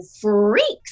freaks